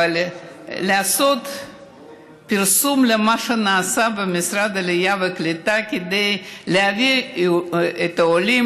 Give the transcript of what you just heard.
לעשות פרסום למה שנעשה במשרד העלייה והקליטה כדי להביא את העולים